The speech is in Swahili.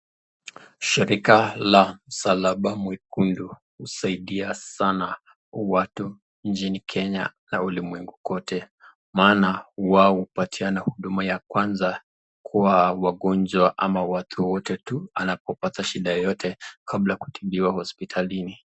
Shirika la msalaba mwekundu husaidia sana watu nchini kenya na ulimwengu kote maana wao hupatina uduma ya kwanza kwa wagonjwa ama watu wote tu anapo pata shida yote kabla kutibiwa hosipitalini